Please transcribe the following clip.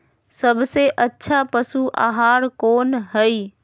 सबसे अच्छा पशु आहार कोन हई?